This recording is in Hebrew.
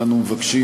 ואנו מבקשים,